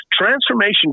Transformation